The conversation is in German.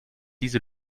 diese